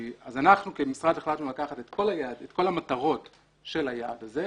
אז אנחנו כמשרד החלטנו לקחת את כל המטרות של היעד הזה.